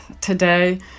today